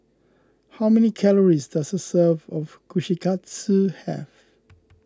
how many calories does a serving of Kushikatsu have